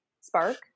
Spark